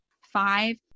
Five